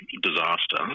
disaster